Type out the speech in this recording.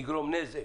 נזק